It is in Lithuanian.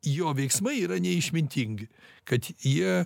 jo veiksmai yra neišmintingi kad jie